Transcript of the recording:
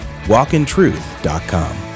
walkintruth.com